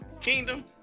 Kingdom